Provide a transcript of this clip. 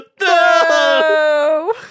No